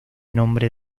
nombre